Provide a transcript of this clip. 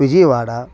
Vijayawada